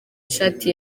ishati